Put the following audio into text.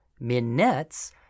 Minnets